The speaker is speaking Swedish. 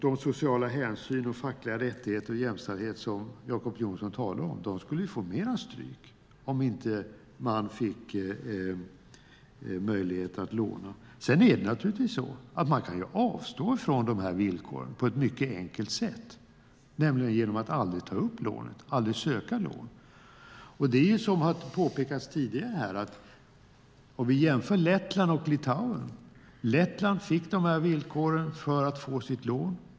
Den sociala hänsynen, de fackliga rättigheterna och jämställdheten, som Jacob Johnson talar om, skulle få mer stryk om dessa länder inte fick möjlighet att låna. Sedan är det naturligtvis så att man kan avstå från dessa villkor på ett mycket enkelt sätt, nämligen genom att aldrig ta upp lån och att aldrig söka lån. Vi kan jämföra Lettland och Litauen, som har berörts här tidigare. Lettland fick dessa villkor för att få sitt lån.